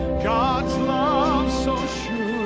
god's love so sure,